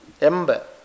ember